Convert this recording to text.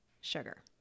sugar